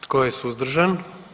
Tko je suzdržan?